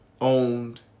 owned